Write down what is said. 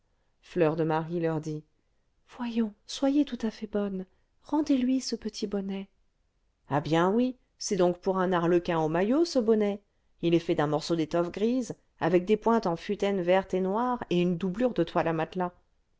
fleur de marie leur dit voyons soyez tout à fait bonnes rendez-lui ce petit bonnet ah bien oui c'est donc pour un arlequin au maillot ce bonnet il est fait d'un morceau d'étoffe grise avec des pointes en futaine vertes et noires et une doublure de toile à matelas